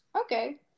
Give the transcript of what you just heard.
Okay